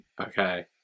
Okay